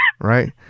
right